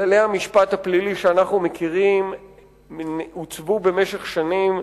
כללי המשפט הפלילי שאנחנו מכירים עוצבו במשך שנים,